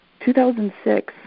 2006